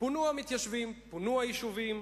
פונו היישובים,